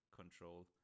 control